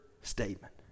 statement